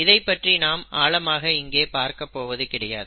இதைப்பற்றி நாம் ஆழமாக இங்கே பார்க்கப் போவது கிடையாது